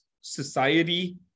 society